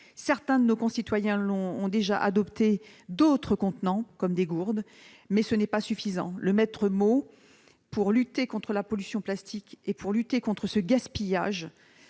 Certains de nos concitoyens ont déjà adopté d'autres contenants, comme des gourdes, mais ce n'est pas suffisant. Le maître mot pour lutter contre la pollution plastique et pour lutter contre ce gaspillage,